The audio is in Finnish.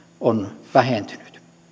on vähentynyt